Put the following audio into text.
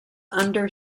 under